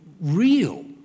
real